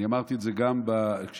אני אמרתי את זה גם בוועדה,